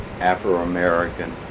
Afro-American